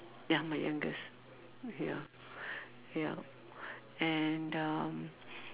ya my youngest ya ya and uh